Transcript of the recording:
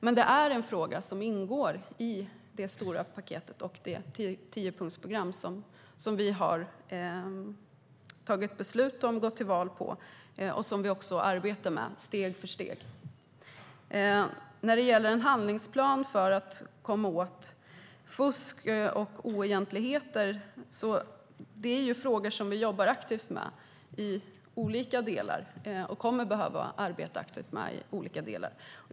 Men det är en fråga som ingår i det stora paketet och det tiopunktsprogram som vi har tagit beslut om, gått till val på och också arbetar med steg för steg. När det gäller en handlingsplan för att komma åt fusk och oegentligheter jobbar vi aktivt med det här i olika delar.